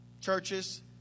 churches